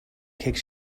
cake